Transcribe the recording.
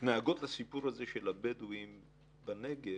מתנהגות בסיפור הזה של הבדואים בנגב,